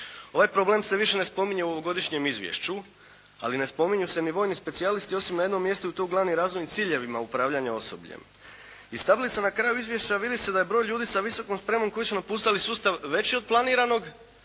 Ovaj problem se više ne spominje u ovogodišnjem izvješću, ali ne spominju se niti vojni specijalisti osim na jednom mjestu i to u glavnim razvojnim ciljevima upravljanja osobljem. Iz tablice na kraju izvješća vidi se da je broj ljudi sa visokom spremom koji su napuštali sustav veći od planiranog,